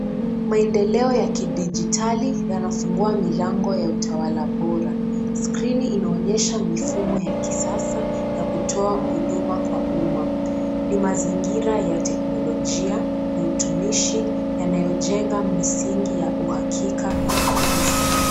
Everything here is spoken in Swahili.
Maendeleo ya kidijitali yanafungua milango ya utawala bora skiri inaonyesha mfumo ya kisasa ya kutoa huduma kwa umma. Ni mazingira ya teknolojia na utumishi yanayojenga msingi ya uhakika na ufanisi.